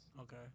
Okay